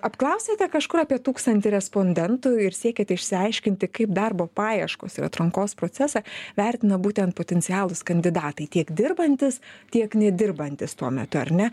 apklausėte kažkur apie tūkstantį respondentų ir siekiate išsiaiškinti kaip darbo paieškos ir atrankos procesą vertina būtent potencialūs kandidatai tiek dirbantys tiek nedirbantys tuo metu ar ne